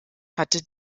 hatte